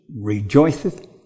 rejoiceth